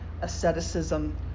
asceticism